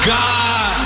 God